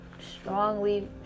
strongly